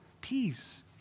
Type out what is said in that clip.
peace